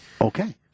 Okay